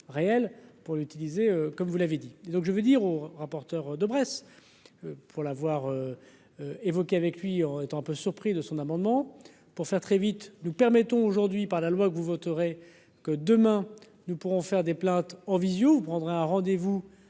réel pour l'utiliser comme vous l'avez dit, disons que je veux dire au rapporteur de Bresse pour l'avoir évoqué avec lui en étant un peu surpris de son amendement pour faire très vite, nous permettons aujourd'hui par la loi que vous voterez que demain, nous pourrons faire des plaintes en visio vous prendrez un rendez-vous